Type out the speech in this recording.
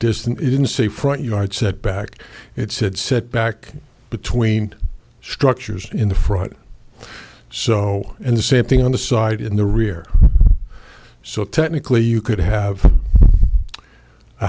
distantly didn't say front yard said back it said sit back between structures in the front so and the same thing on the side in the rear so technically you could have a